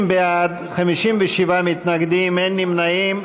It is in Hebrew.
50 בעד, 57 נגד, אין נמנעים.